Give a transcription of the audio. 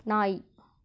நாய்